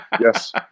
Yes